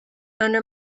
under